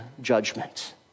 judgment